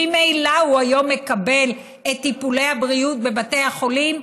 ממילא הוא היום מקבל את טיפולי הבריאות בבתי החולים,